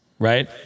Right